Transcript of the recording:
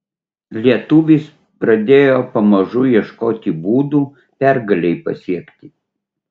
lietuvis pradėjo pamažu ieškoti būdų pergalei pasiekti